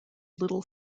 little